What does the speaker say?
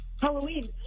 Halloween